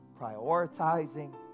prioritizing